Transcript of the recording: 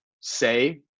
say